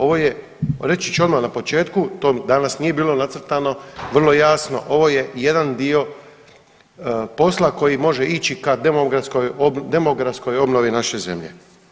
Ovo je reći ću odmah na početku to danas nije bilo nacrtano vrlo jasno ovo je jedan dio posla koji može ići ka demografskoj obnovi naše zemlje.